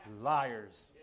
Liars